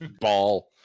ball